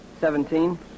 Seventeen